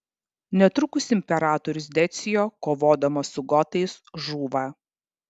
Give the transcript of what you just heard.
netrukus imperatorius decio kovodamas su gotais žūva